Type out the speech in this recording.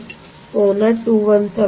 8 ಕೋನ 217